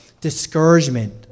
discouragement